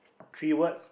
three words